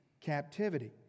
captivity